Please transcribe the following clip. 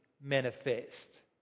manifest